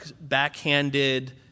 backhanded